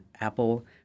Apple